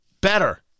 better